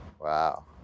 Wow